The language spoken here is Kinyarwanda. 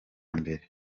mbere